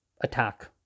attack